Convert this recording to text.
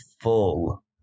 full